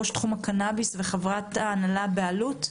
ראש תחום קנביס וחברת הנהלה באלו"ט.